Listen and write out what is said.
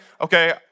okay